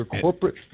corporate